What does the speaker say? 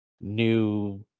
new